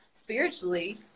Spiritually